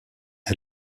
est